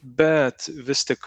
bet vis tik